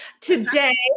today